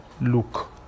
look